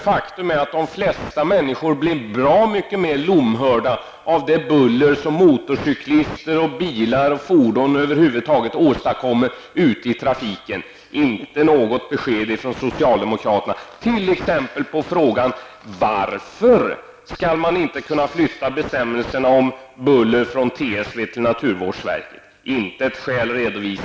Faktum är dock att de flesta människor blir bra mycket mera lomhörda av det buller som motorcyklister, bilar och fordon över huvud taget åstadkommer ute i trafiken. Man får inte heller något besked från socialdemokraterna om varför man inte kan flytta bestämmelserna om buller från TSV till naturvårdsverket. Inte ett skäl redovisas.